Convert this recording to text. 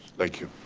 thank you.